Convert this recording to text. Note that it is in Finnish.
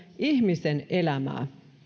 ihmisen elämää